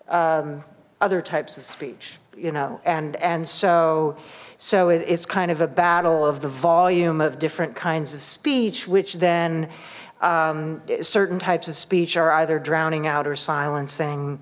out other types of speech you know and and so so it's kind of a battle of the volume of different kinds of speech which then certain types of speech are either drowning out or silen